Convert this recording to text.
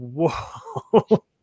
whoa